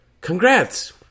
congrats